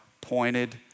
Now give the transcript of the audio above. pointed